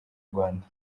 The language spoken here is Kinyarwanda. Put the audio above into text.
rwanda